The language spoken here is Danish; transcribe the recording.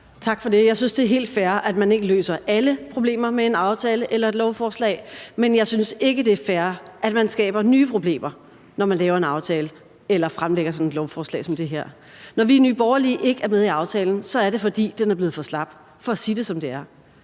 Tak for det. Jeg synes, det er helt fair, at man ikke løser alle problemer med en aftale eller et lovforslag, men jeg synes ikke, det er fair, at man skaber nye problemer, når man laver en aftale eller fremsætter et lovforslag som det her. Når vi i Nye Borgerlige ikke er med i aftalen, er det, fordi den er blevet for slap – for at sige det, som det er.